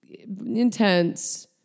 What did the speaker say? Intense